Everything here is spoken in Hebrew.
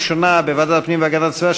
ראשונה בוועדת הפנים והגנת הסביבה,